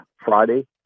Friday